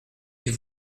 êtes